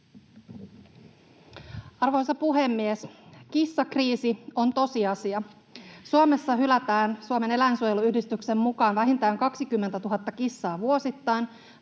Arvoisa puhemies! Kissakriisi on tosiasia. Suomessa hylätään Suomen eläinsuojeluyhdistyksen mukaan vähintään 20 000 kissaa vuosittain.